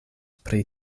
pri